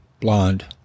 blonde